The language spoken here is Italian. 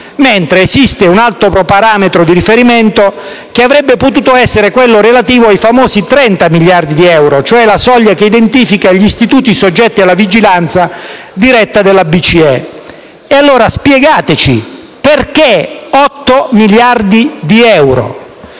mentre esiste un altro parametro di riferimento che avrebbe potuto essere quello relativo ai famosi 30 miliardi di euro, cioè la soglia che identifica gli istituti soggetti alla vigilanza diretta della BCE. E allora spiegateci perché 8 miliardi di euro.